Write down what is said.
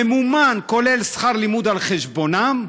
ממומן, כולל שכר לימוד על חשבונם.